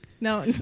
no